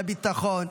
לביטחון.